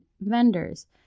vendors